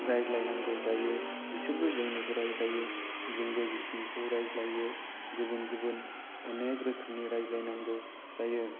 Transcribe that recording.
राज्लायनांगौ जायो बिसोरबो जोंनिखौ रायज्लायो जोंबो बिसोरनिखौ रायज्लायो गुबुन गुबुन अनेख रोखोमनि रायज्लाय नांगौ जायो